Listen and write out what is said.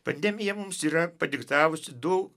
pandemija mums yra padiktavusi daug